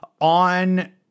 on